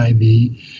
IV